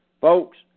Folks